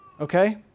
Okay